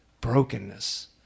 brokenness